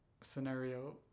scenario